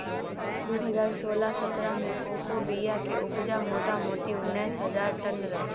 दु हजार सोलह सतरह मे कोकोक बीया केर उपजा मोटामोटी उन्नैस हजार टन रहय